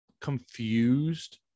confused